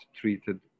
treated